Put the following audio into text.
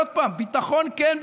עוד פעם, ביטחון, כן.